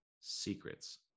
Secrets